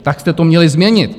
Tak jste to měli změnit.